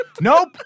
Nope